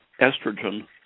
estrogen